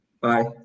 Bye